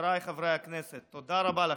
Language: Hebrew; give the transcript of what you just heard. חבריי חברי הכנסת, תודה רבה לכם.